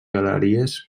galeries